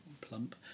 plump